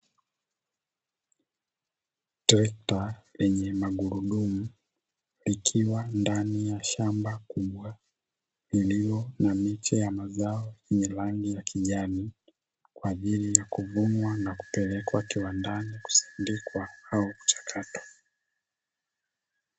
Trekta lenye magurudumu likiwa ndani ya shamba kubwa lililo na miche ya mazao yenye rangi ya kijani, kwa ajili ya kuvunwa na kupelekwa kiwandani kusindikwa au kuchakatwa.